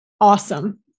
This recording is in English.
awesome